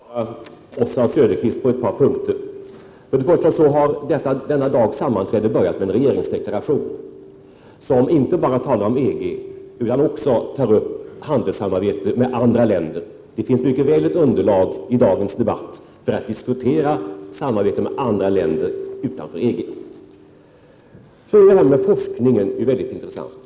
Herr talman! Jag skall svara Oswald Söderqvist på ett par punkter. Först och främst har denna dags sammanträde börjat med en regeringsdeklaration som inte bara talar om EG utan också talar om handelssamarbete med andra — Prot. 1987/88:114 länder. Det finns mycket väl ett underlag i dagens debatt för att diskutera 4 maj 1988 samarbete med andra länder utanför EG. Frågan om forskningen är ju väldigt intressant.